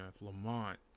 Lamont